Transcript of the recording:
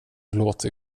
låter